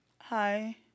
hi